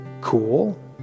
cool